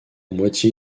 moitié